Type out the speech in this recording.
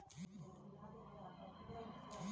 गाँव म पालतू पसु धन ल ही गरूवा केहे जाथे